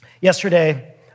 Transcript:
Yesterday